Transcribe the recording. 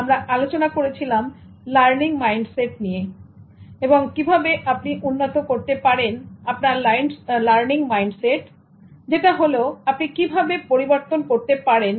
আমরা আলোচনা করেছিলাম লার্নিং মাইন্ডসেট নিয়ে এবং কিভাবে আপনি উন্নত করতে পারেন আপনার লার্নিং মাইন্ডসেট যেটা হলো আপনি কিভাবে পরিবর্তন করতে পারেন